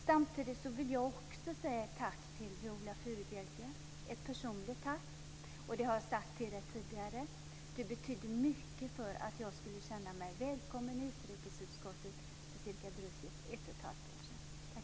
Slutligen vill också jag rikta ett personligt tack till Viola Furubjelke. Jag har tidigare sagt till dig att du betydde mycket för att jag skulle känna mig välkommen i utrikesutskottet för drygt ett och ett halvt år sedan. Tack så mycket!